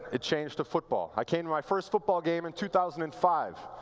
it changed to football. i came to my first football game in two thousand and five,